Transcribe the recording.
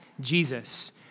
Jesus